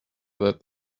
that